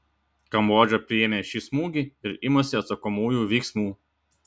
kambodža priėmė šį smūgį ir imasi atsakomųjų veiksmų